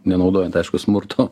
nenaudojant aišku smurto